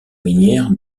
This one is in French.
minière